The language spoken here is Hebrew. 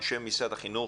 אנשי משרד החינוך,